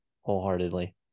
wholeheartedly